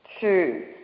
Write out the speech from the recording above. two